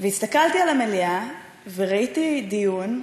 הסתכלתי על המליאה וראיתי דיון,